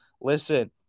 Listen